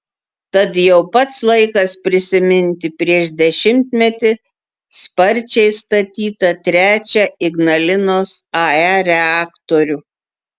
tad jau pats laikas prisiminti prieš dešimtmetį sparčiai statytą trečią ignalinos ae reaktorių